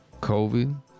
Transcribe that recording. COVID